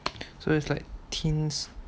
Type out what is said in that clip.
so it's like teens